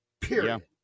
Period